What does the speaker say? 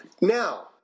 Now